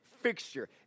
fixture